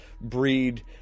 breed